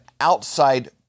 outside